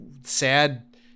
sad